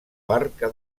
barca